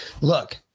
Look